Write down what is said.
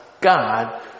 God